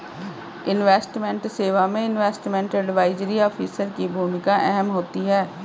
investment सेवा में investment advisory officer की भूमिका अहम होती है